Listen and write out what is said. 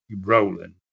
rolling